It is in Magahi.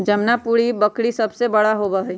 जमुनापारी बकरी सबसे बड़ा होबा हई